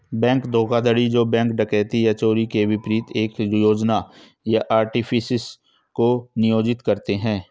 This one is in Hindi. बैंक धोखाधड़ी जो बैंक डकैती या चोरी के विपरीत एक योजना या आर्टिफिस को नियोजित करते हैं